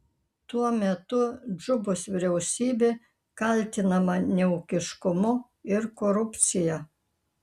tuo metu džubos vyriausybė kaltinama neūkiškumu ir korupcija